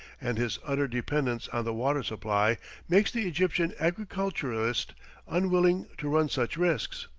and his utter dependence on the water supply makes the egyptian agriculturist unwilling to run such risks.